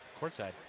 Courtside